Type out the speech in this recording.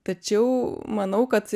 tačiau manau kad